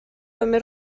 també